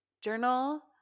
journal